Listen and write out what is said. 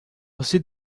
você